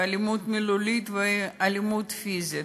ואלימות מילולית ואלימות פיזית,